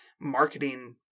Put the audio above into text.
marketing